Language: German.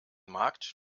markt